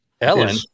Ellen